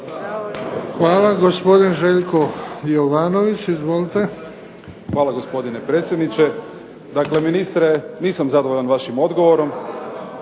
Hvala. Gospodin Željko Jovanović, izvolite. **Jovanović, Željko (SDP)** Hvala gospodine predsjedniče. Dakle, ministre nisam zadovoljan vašim odgovorom,